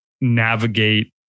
navigate